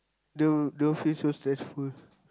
don't don't feel so stressful